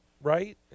right